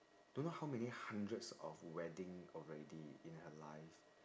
don't know how many hundreds of wedding already in her life